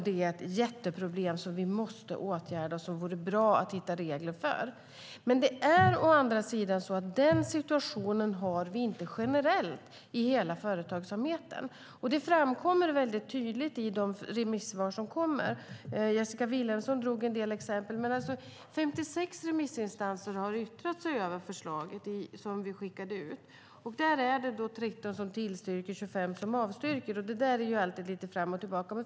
Det är ett jätteproblem som vi måste åtgärda och som det vore bra att hitta regler för. Men den situationen har vi inte generellt i hela företagsamheten. Det framkommer mycket tydligt i remissvaren - Jessika Vilhelmsson tog upp en del exempel. 56 remissinstanser har yttrat sig över det förslag som vi skickade ut. Det är 13 som tillstyrker och 25 som avstyrker - det är alltid lite fram och tillbaka.